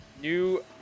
new